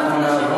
ולכן,